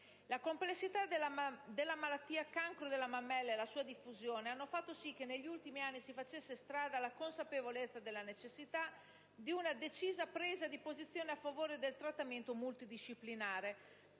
La complessità della malattia cancro della mammella e la sua diffusione hanno fatto si che, negli ultimi anni, si facesse strada la consapevolezza della necessità di una decisa presa di posizione a favore del trattamento multidisciplinare.